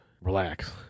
relax